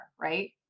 right